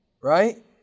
right